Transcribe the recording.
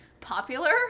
popular